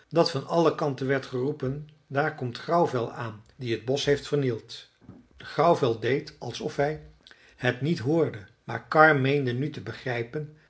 dat van alle kanten werd geroepen daar komt grauwvel aan die het bosch heeft vernield grauwvel deed alsof hij het niet hoorde maar karr meende nu te begrijpen